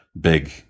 big